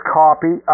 copy